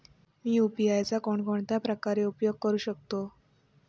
मी UPI चा कोणकोणत्या प्रकारे उपयोग करू शकतो?